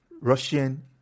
Russian